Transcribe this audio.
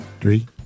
Three